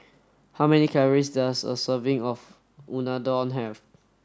how many calories does a serving of Unadon have